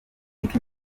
nicki